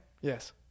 Yes